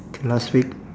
think last week